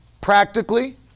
practically